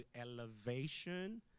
elevation